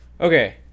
Okay